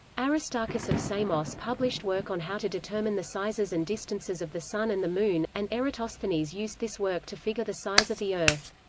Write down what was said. aristarchus of samos published work on how to determine the sizes and distances of the sun and the moon, and eratosthenes used this work to figure the size of the earth.